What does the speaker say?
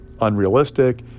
unrealistic